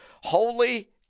Holy